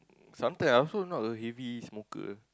sometime I'm also not a heavy smoker